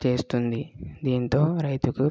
చేస్తుంది దీంతో రైతుకు